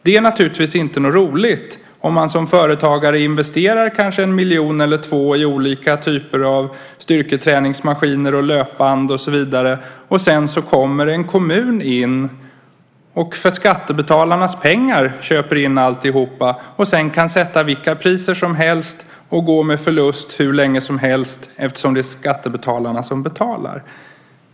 Det är naturligtvis inte roligt om man som företagare investerar kanske en miljon eller två i olika typer av styrketräningsmaskiner, löpband och så vidare. Sedan kommer en kommun in och för skattebetalarnas pengar köper in alltihop. Man kan sätta vilka priser som helst och gå med förlust hur länge som helst, eftersom det är skattebetalarna som betalar.